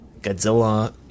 Godzilla